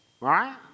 right